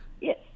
Yes